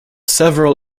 several